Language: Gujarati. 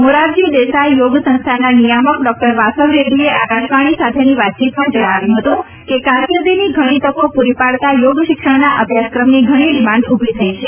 મોરારજી દેસાઈ યોગ સંસ્થાના નિયામક ડોકટર વાસવ રેડ્ડીએ આકાશવાણી સાથેની વાતચીતમાં જણાવ્યું હતું કે કારકીર્દિની ઘણી તકો પૂરી પાડતા યોગશિક્ષણના અભ્યાસક્રમની ઘણી ડિમાન્ડ ઉભી થઇ છે